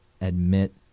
admit